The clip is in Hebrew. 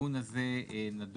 התיקון הזה נדון,